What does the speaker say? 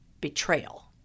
betrayal